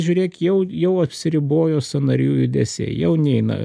žiūrėk jau jau apsiribojo sąnarių judesiai jau neina